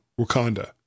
wakanda